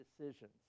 decisions